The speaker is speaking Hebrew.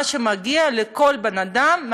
את מה שמגיע לכל אדם: